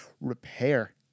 repair